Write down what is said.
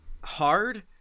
hard